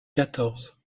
quatorze